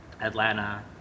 Atlanta